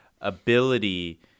ability